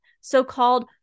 so-called